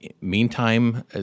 meantime